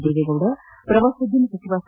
ದೇವೇಗೌಡ ಪ್ರವಾಸೋದ್ಯಮ ಸಚಿವ ಸಾ